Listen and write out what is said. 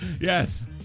yes